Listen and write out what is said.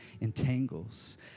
entangles